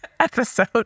episode